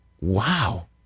Wow